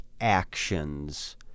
actions